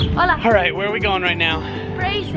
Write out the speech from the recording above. hola alright, where we going right now?